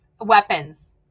weapons